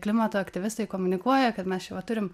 klimato aktyvistai komunikuoja kad mes čia va turim